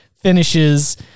finishes